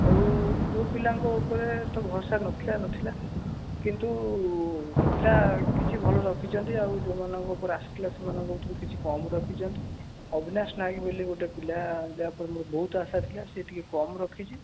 ଆଉ ଯେଉଁ ପିଲାଙ୍କ ଉପରେ ତ ଭରସା ନଥିଲା ନଥିଲା କିନ୍ତୁ ପିଲା କିଛି ଭଲ ରଖିଛନ୍ତି ଆଉ ଯେଉଁମାନଙ୍କ ଉପରେ ଆଶା ଥିଲା ସେମାନଙ୍କଠୁ କିଛି କମ୍ ରଖିଛନ୍ତି ଅଭିନାଶ ନାଏକ ବୋଲି ଗୋଟେ ପିଲା ଯାହା ଉପରେ ମୋର ବହୁତ ଆଶା ଥିଲା ସେ ଟିକିଏ କମ୍ ରଖିଛି